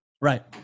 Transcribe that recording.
Right